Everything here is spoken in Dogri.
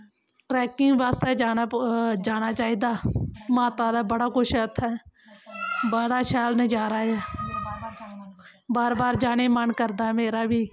ट्रैकिंग बास्तै जाना पौ जाना चाहिदा माता दा बड़ा कुछ ऐ उत्थें बड़ा शैल नजारा ऐ बार बार जाने गी मन करदा ऐ मेरा बी